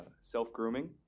self-grooming